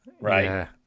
right